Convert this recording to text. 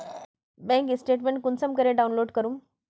Bank statement कुंसम करे download करूम?